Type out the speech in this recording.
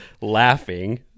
laughing